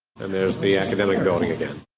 and there's the academic building again.